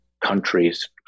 countries